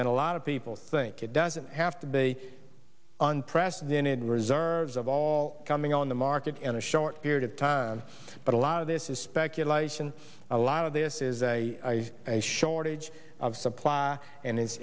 than a lot of people think it doesn't have to be unprecedented reserves of all coming on the market in a short period of time but a lot of this is speculation a lot of this is a shortage of supply and i